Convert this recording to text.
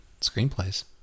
screenplays